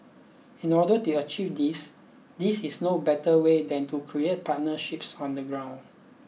in order to achieve this these is no better way than to create partnerships on the ground